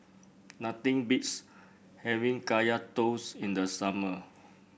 nothing beats having Kaya Toast in the summer